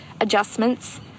adjustments